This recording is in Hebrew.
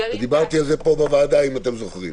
ודיברתי על זה פה בוועדה, אם אתם זוכרים.